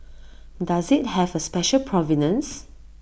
does IT have A special provenance